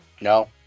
No